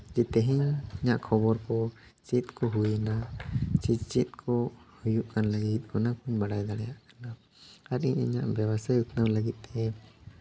ᱡᱮ ᱛᱮᱦᱮᱧᱟᱜ ᱠᱷᱚᱵᱚᱨ ᱠᱚ ᱪᱮᱫ ᱠᱚ ᱦᱩᱭᱱᱟ ᱪᱮ ᱪᱮᱫ ᱠᱚ ᱦᱩᱭᱩᱜ ᱠᱟᱱ ᱞᱟᱹᱜᱤᱫ ᱚᱱᱟ ᱠᱚᱹᱧ ᱵᱟᱰᱟᱭ ᱫᱟᱲᱮᱭᱟᱜ ᱠᱟᱱᱟ ᱟᱨ ᱤᱧ ᱤᱧᱟᱹᱜ ᱵᱮᱵᱥᱟ ᱩᱛᱱᱟᱹᱣ ᱞᱟᱹᱜᱤᱫ ᱛᱮ